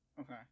Okay